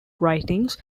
writings